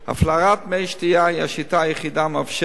הפלרת מי שתייה היא השיטה היחידה המאפשרת